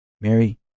Mary